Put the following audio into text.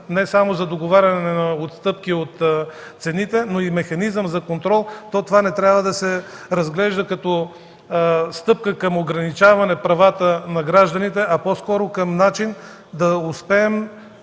не само за договаряне на отстъпки от цените, но и механизъм за контрол, това не трябва да се разглежда като стъпка към ограничаване правата на гражданите, а по-скоро начин да успеем